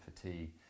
fatigue